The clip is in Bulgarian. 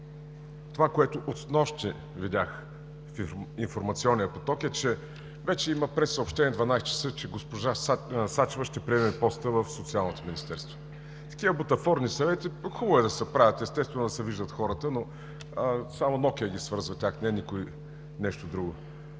Това, което снощи видях в информационния поток, е, че вече има прессъобщение: в 12,00 ч. госпожа Сачева ще приеме поста в Социалното министерство. Такива бутафорни съвети е хубаво да се правят, естествено, да се виждат хората, но само Нокиа ги свързва тях – не нещо друго.